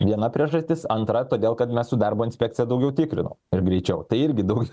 viena priežastis antra todėl kad mes su darbo inspekcija daugiau tikrinom ir greičiau tai irgi daugiau